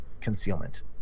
concealment